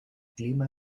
clima